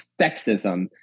sexism